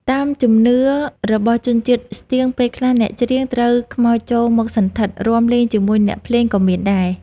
តាមជំនឿរបស់ជនជាតិស្ទៀងពេលខ្លះអ្នកច្រៀងត្រូវខ្មោចចូលមកសណ្ឋិត រាំលេងជាមួយអ្នកភ្លេងក៏មានដែរ។